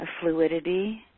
fluidity